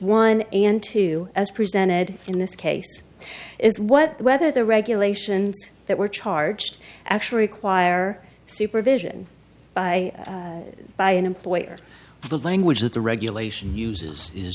one and two as presented in this case is what whether the regulations that were charged actually require supervision by by an employer the language that the regulation uses